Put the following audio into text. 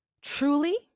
Truly